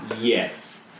Yes